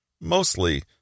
mostly